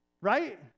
Right